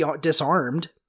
disarmed